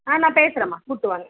ஆ நான் பேசுகிறேமா கூட்டு வாங்க